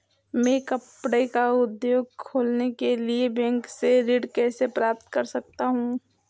मैं कपड़े का उद्योग खोलने के लिए बैंक से ऋण कैसे प्राप्त कर सकता हूँ?